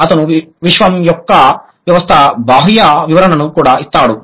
అతను విశ్వం యొక్క వ్యవస్థ బాహ్య వివరణను కూడా ఇస్తాడు